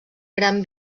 gran